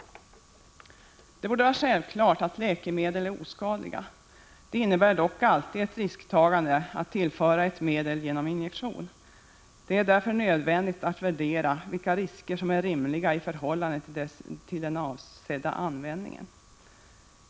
Det borde vara självklart att läkemedel är oskadliga. Det innebär dock alltid ett risktagande att tillföra ett medel genom injektion. Det är därför nödvändigt att värdera vilka risker som är rimliga i förhållande till den avsedda användningen.